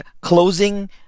Closing